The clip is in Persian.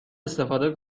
استفاده